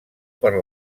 per